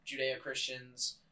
Judeo-Christians